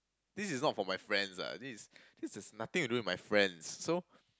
this is not for my friends ah this is this is nothing to do with my friends so